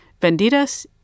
Vendidas